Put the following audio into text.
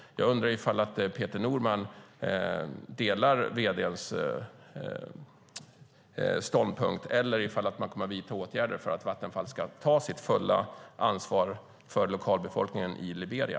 Jag undrar ifall Peter Norman delar Vattenfalls vd:s ståndpunkt eller om man kommer att vidta åtgärder för att Vattenfall ska ta sitt fulla ansvar för lokalbefolkningen i Liberia.